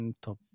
top